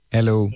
Hello